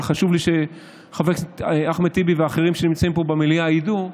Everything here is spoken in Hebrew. אבל חשוב לי שחבר הכנסת אחמד טיבי ואחרים שנמצאים פה במליאה ידעו,